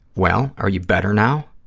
well, are you better now?